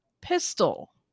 Pistol